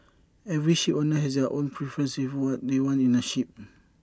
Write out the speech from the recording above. every shipowner has their own preference in what they want in A ship